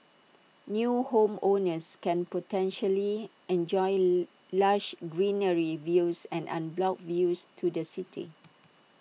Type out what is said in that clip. new homeowners can potentially enjoy lush greenery views and unblocked views to the city